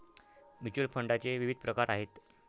mutual फंडाचे विविध प्रकार आहेत